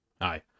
aye